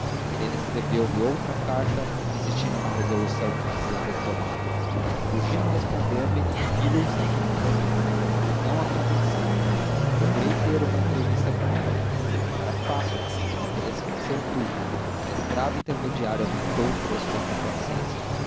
helena escreveu-me outra carta insistindo na resolução que dizia haver tomado urgindo responder-lhe fi-lo sacrificando me não a convenci procurei ter uma entrevista com ela não era fácil mas o interesse venceu tudo a escrava intermediária aumentou o preço da complacência